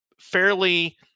fairly